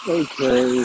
okay